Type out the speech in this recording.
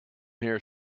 hair